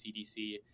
CDC